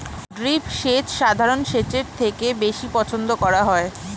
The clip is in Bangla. ড্রিপ সেচ সাধারণ সেচের থেকে বেশি পছন্দ করা হয়